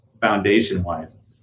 foundation-wise